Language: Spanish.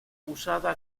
usada